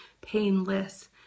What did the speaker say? painless